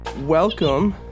welcome